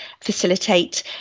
facilitate